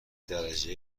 درجه